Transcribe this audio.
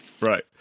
right